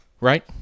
Right